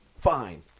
Fine